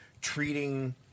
treating